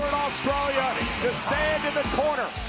australia to stand in the corner